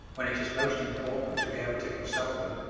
when it is most important to be able to consult them.